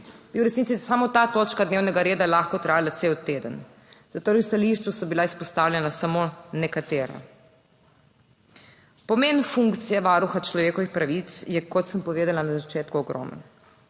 v resnici samo ta točka dnevnega reda lahko trajala cel teden. Zatorej so bila v stališču izpostavljena samo nekatera. Pomen funkcije Varuha človekovih pravic je, kot sem povedala na začetku, ogromen.